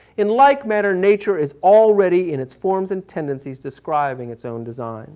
in like manner, nature is already in its forms and tendencies describing its own design